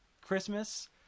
christmas